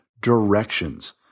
directions